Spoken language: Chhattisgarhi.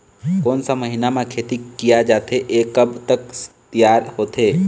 कोन सा महीना मा खेती किया जाथे ये कब तक तियार होथे?